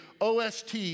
OST